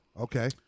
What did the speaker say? Okay